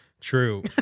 True